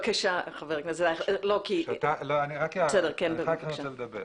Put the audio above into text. רק הערה ואחר כך אני אתייחס.